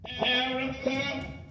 America